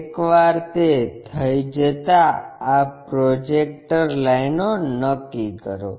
એકવાર તે થઇ જતા આ પ્રોજેક્ટર લાઇનો નક્કી કરો